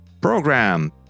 program